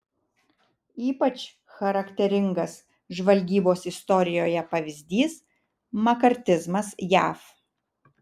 ypač charakteringas žvalgybos istorijoje pavyzdys makartizmas jav